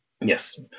Yes